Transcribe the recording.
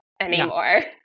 anymore